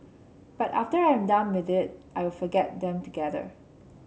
but after I'm done with it I'll forget them altogether